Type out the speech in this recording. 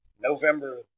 November